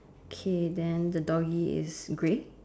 okay then the doggy is grey